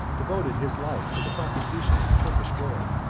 devoted his life to the prosecution of the turkish war.